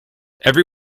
every